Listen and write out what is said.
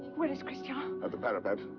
where is christian? at the parapet.